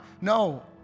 No